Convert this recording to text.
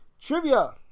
trivia